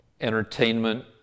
entertainment